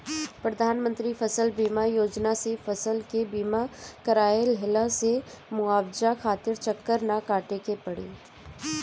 प्रधानमंत्री फसल बीमा योजना से फसल के बीमा कराए लेहला से मुआवजा खातिर चक्कर ना काटे के पड़ी